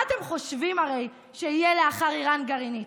מה אתם חושבים שיהיה אחרי איראן גרעינית?